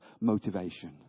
motivation